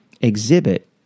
exhibit